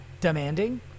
demanding